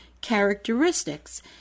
characteristics